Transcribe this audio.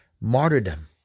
martyrdom